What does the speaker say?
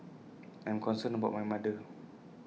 I am concerned about my mother